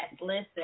Listen